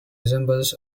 resembles